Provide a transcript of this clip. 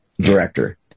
director